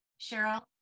Cheryl